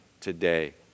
today